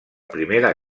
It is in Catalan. primera